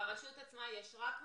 ברשות יש רק מנהל?